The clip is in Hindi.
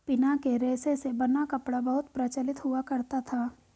पिना के रेशे से बना कपड़ा बहुत प्रचलित हुआ करता था